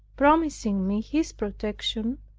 promising me his protection,